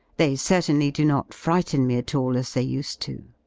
they certainly do not frighten me at all as they used to.